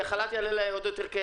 כי החל"ת יעלה להם עוד יותר כסף.